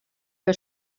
que